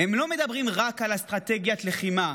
הם לא מדברים רק על אסטרטגיית לחימה,